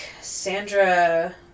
Sandra